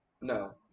No